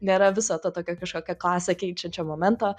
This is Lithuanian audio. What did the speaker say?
nėra viso to tokio kažkokio klasę keičiančio momento